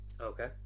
Okay